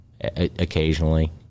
occasionally